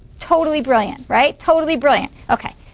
totally brilliant, right. totally brilliant. ok,